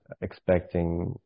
expecting